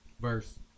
verse